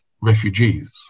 refugees